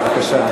לא הספקתי.